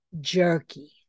jerky